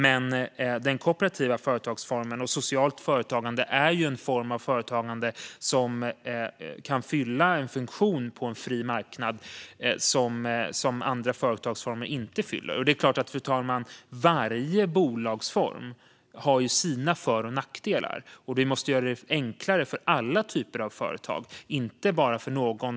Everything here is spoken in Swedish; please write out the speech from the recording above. Men den kooperativa företagsformen och socialt företagande är ju en form av företagande som kan fylla en funktion på en fri marknad som andra företagsformer inte fyller. Det är klart att varje bolagsform har sina för och nackdelar, fru talman, och att vi måste göra det enklare för alla typer av företag - inte bara för vissa.